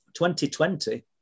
2020